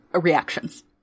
reactions